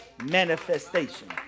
manifestation